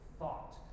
thought